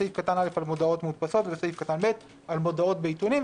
בסעיף קטן (א) על מודעות מודפסות ובסעיף קטן (ב) על מודעות בעיתונים,